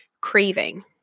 craving